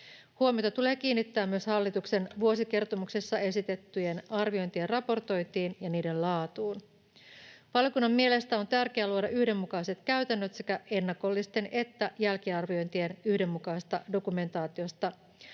Huomiota tulee kiinnittää myös hallituksen vuosikertomuksessa esitettyjen arviointien raportoitiin ja niiden laatuun. Valiokunnan mielestä on tärkeää luoda yhdenmukaiset käytännöt sekä ennakollisten että jälkiarviointien yhdenmukaisesta dokumentaatiosta